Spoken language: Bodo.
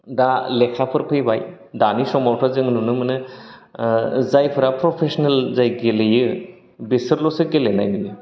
दा लेखाफोर फैबाय दानि समावथ' जोङो नुनो मोनो ओ जायफोरा प्रफेस्नेल जाय गेलेयो बेसोरलोस' गेलेनाय नुयो